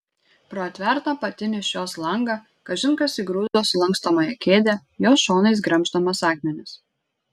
pro atvertą apatinį šios langą kažin kas įgrūdo sulankstomąją kėdę jos šonais gremždamas akmenis